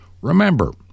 remember